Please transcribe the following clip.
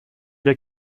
der